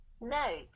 Note